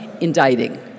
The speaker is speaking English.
indicting